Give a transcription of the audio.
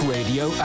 Radio